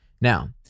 Now